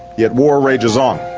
yet war rages on.